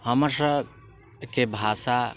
हमर सबके भाषा